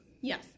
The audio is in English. Yes